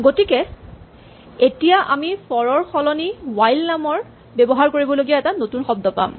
গতিকে এতিয়া আমি ফৰ ৰ সলনি হুৱাইল নামৰ ব্যৱহাৰ কৰিবলগীয়া এটা নতুন শব্দ পাম